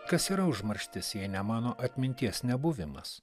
kas yra užmarštis jei ne mano atminties nebuvimas